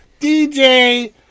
DJ